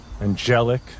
angelic